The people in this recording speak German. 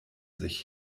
sich